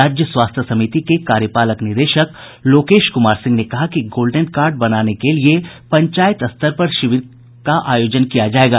राज्य स्वास्थ्य समिति के कार्यपालक निदेशक लोकेश कुमार सिंह ने कहा कि गोल्डन कार्ड बनाने के लिये पंचायत स्तर पर शिविर का आयोजन किया जायेगा